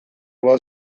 bat